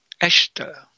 Esther